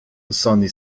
sonny